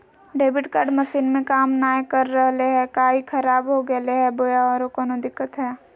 Debit card machine में काम नाय कर रहले है, का ई खराब हो गेलै है बोया औरों कोनो दिक्कत है?